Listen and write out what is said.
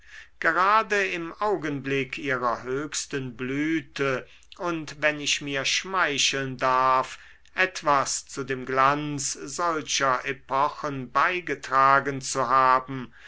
gerade im augenblick ihrer höchsten blüte und wenn ich mir schmeicheln darf etwas zu dem glanz solcher epochen beigetragen zu haben